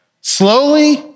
slowly